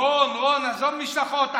רון, רון, עזוב משלחות.